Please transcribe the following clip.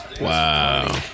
Wow